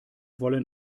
wollen